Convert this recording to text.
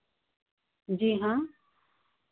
जी हाँ